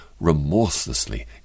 remorselessly